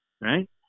right